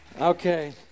Okay